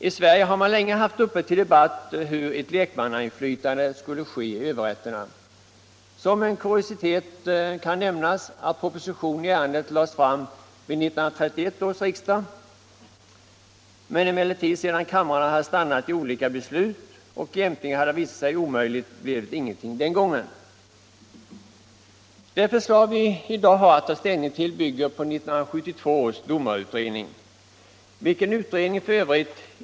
I Sverige har man länge haft uppe till debatt hur ett lekmannainflytande skulle ske i överrätterna. Som en kuriositet kan nämnas att proposition i ärendet lades fram vid 1931 års riksdag, men sedan kamrarna hade stannat vid olika beslut och jämkning visat sig omöjlig blev det ingenting den gången. Det förslag vi har att ta ställning till i dag bygger på 1972 års domarutredning, vilken utredning f.ö.